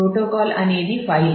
protocol అనేది file